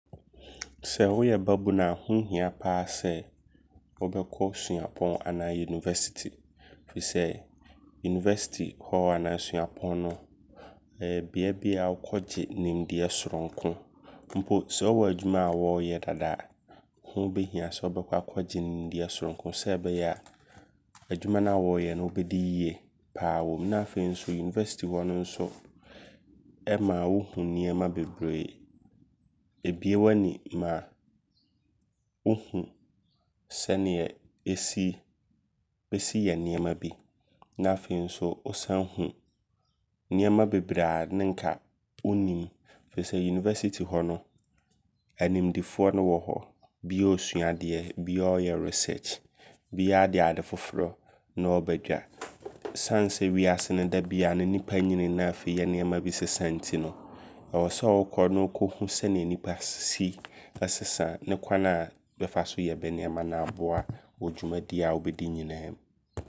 Sɛ woyɛ babunu ho hia paa sɛ wobɛkɔ suapɔn anaa university. Firi sɛ, university hɔ anaa suapɔn hɔ no, ɛyɛ bea bi a wokɔgye nimdeɛ sononko. Mpo sɛ wowɔ adwuma wɔɔyɛ dada a. Hoo bɛhia sɛ wobɛkɔ akɔgye nimdeɛ sononko sɛ ɛbɛyɛ a adwuma no a wɔɔyɛ no wobɛdi yie paa wɔm. Na afei nso university hɔ no nso ɛma wohu nneɛma bebree. Ebue w'ani ma wohu sɛneɛ seneɛ yɛsi bɛsi yɛ nneɛma bi. Na afei nso wo wosan hu nneɛma bebree ne nka wonnim. Firi sɛ, university hɔ no, animdefo ne wɔ hɔ. Biaa ɔɔsua. Biaa ɔɔyɛ research. Biaa de ade foforɔ ne ɔɔba dwa. Siane sɛ wiase no da biaa nnipa nyini na afei yɛ nneɛma bi sesa nti no. Ɛwɔ sɛ wokɔ ne wokɔhu sɛneɛ nnipa si ɛsesa ne kwane a bɛ fa so yɛ bɛ nneɛma na aboa wɔ dwumadie a wobɛdi nyinaa mu.